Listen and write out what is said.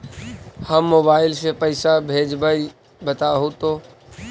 हम मोबाईल से पईसा भेजबई बताहु तो?